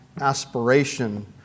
aspiration